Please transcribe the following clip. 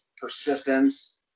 persistence